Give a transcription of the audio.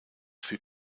für